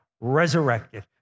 resurrected